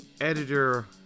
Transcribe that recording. editor